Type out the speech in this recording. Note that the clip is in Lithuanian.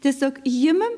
tiesiog imam